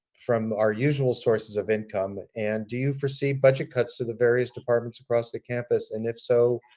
from our usual sources of income? and do you foresee budget cuts to the various departments across the campus, and if so,